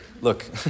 look